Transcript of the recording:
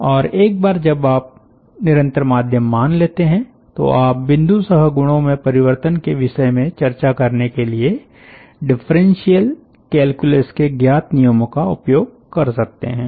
और एक बार जब आप निरंतर माध्यम मान लेते है तो आप बिंदुशः गुणों में परिवर्तन के विषय में चर्चा करने के लिए डिफरेंशियल कैलक्युलस के ज्ञात नियमों का उपयोग कर सकते हैं